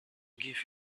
give